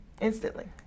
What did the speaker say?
instantly